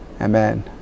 Amen